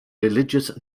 religious